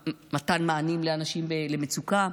מתן מענים לאנשים במצוקה.